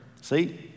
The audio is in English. See